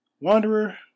wanderer